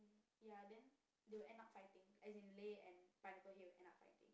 ya then they will end up fighting as in Lei and Pineapple Head will end up fighting